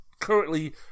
currently